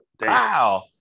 Wow